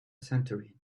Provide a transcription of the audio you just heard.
centurion